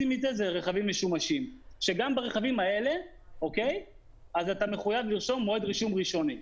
גם ברכבים האלה אתה מחויב לרשום מועד רישום ראשוני.